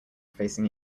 facing